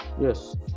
Yes